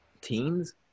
teens